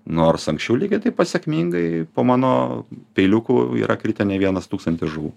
nors anksčiau lygiai taip pat sėkmingai po mano peiliuku yra kritę ne vienas tūkstantis žuvų